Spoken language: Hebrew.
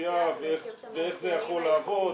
האוכלוסייה ואיך זה יכול לעבוד.